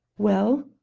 well?